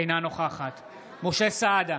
אינה נוכחת משה סעדה,